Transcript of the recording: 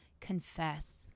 Confess